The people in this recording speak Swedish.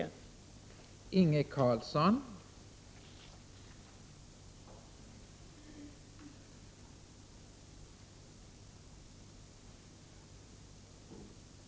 Då Lena Öhrsvik, som framställt frågan, anmält att hon var förhindrad att närvara vid sammanträdet medgav förste vice talmannen att Inge Carlsson i stället fick delta i överläggningen.